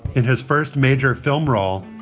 in his first major film role,